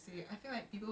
okay